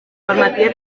permetia